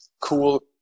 cool